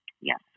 Yes